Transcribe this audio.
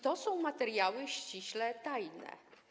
To są materiały już ściśle tajne.